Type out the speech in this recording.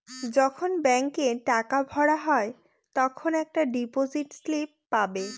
যখন ব্যাঙ্কে টাকা ভরা হয় তখন একটা ডিপোজিট স্লিপ পাবে